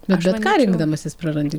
bet bet ką rinkdamasis prarandi